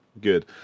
Good